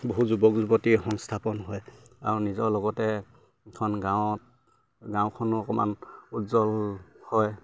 বহু যুৱক যুৱতী সংস্থাপন হয় আৰু নিজৰ লগতে এখন গাঁৱত গাঁওখনো অকমান উজ্জ্বল হয়